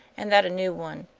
and that a new one,